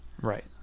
Right